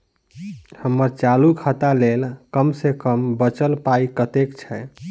हम्मर चालू खाता लेल कम सँ कम बचल पाइ कतेक छै?